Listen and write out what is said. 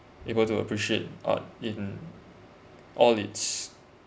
able to appreciate art in all its